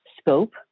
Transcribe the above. scope